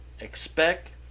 expect